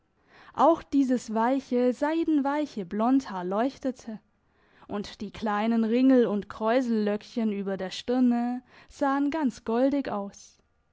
auch dieses weiche seidenweiche blondhaar leuchtete und die kleinen ringel und kräusellöckchen über der stirne sahen ganz goldig aus